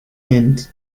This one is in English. and